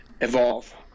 evolve